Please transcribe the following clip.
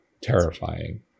terrifying